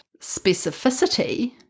specificity